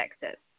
Texas